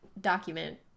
document